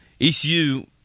ECU